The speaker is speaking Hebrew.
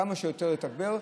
כמה שיותר לתגבר,